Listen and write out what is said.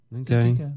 Okay